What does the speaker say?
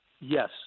Yes